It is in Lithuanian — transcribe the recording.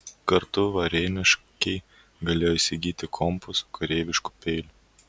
kartu varėniškiai galėjo įsigyti kompasų kareiviškų peilių